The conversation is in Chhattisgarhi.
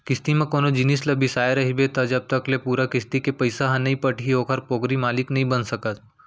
किस्ती म कोनो जिनिस ल बिसाय रहिबे त जब तक ले पूरा किस्ती के पइसा ह नइ पटही ओखर पोगरी मालिक नइ बन सकस